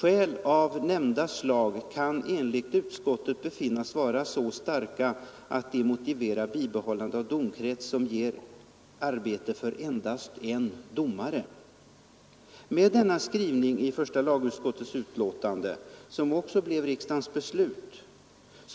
Skäl av nämnda slag kan enligt utskottet befinnas vara så starka att de motiverar bibehållande av domkrets som ger arbete för endast en domare.” Denna första lagutskottets skrivning, som också blev riksdagens beslut,